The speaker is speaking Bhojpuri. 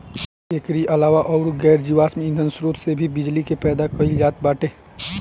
एकरी अलावा अउर गैर जीवाश्म ईधन स्रोत से भी बिजली के पैदा कईल जात बाटे